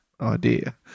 idea